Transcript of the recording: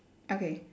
okay